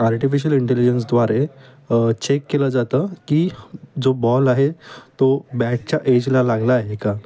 artificial इंटेलिजन्सद्वारे check केलं जातं की जो बॉल आहे तो बॅटच्या एजला लागला आहे का